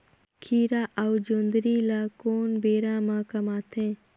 खीरा अउ जोंदरी ल कोन बेरा म कमाथे?